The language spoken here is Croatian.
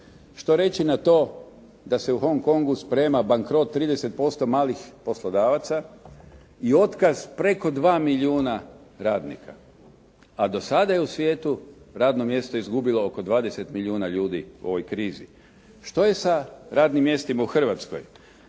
Što reći na to da se u Hong Kongu sprema bankrot 30% malih poslodavaca i otkaz preko 2 milijuna radnika, a do sada je u svijetu radno mjesto izgubilo oko 20 milijuna ljudi u ovoj krizi. Što je sa radnim mjestima u Hrvatskoj?